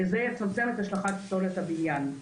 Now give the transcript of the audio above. וזה יצמצם את השלכת פסולת הבניין.